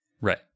Right